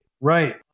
Right